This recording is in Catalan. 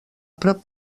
prop